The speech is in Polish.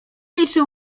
liczył